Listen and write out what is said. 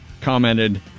commented